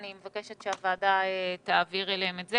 אני מבקשת שהוועדה תעביר אליהם את זה,